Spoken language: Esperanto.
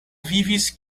vivis